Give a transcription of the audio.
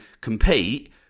compete